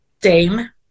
Dame